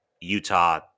Utah